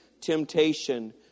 temptation